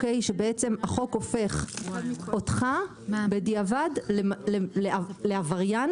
כשבעצם החוק הופך אותך בדיעבד לעבריין